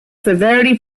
severity